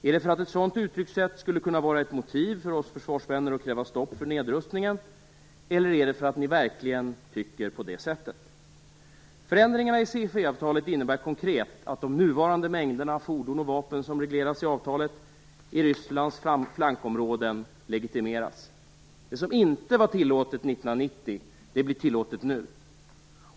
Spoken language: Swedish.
Är det för att ett sådant uttryckssätt skulle kunna vara ett motiv för oss försvarsvänner att kräva stopp för nedrustningen, eller är det för att ni verkligen tycker på det sättet? Förändringarna i CFE-avtalet innebär konkret att de nuvarande mängderna fordon och vapen som regleras i avtalet i Rysslands flankområden legitimeras. Det som inte var tillåtet 1990 blir tillåtet nu.